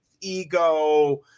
ego